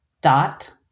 dot